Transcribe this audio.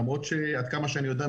למרות שעד כמה שאני יודע,